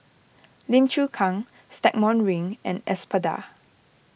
Lim Chu Kang Stagmont Ring and Espada